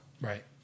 Right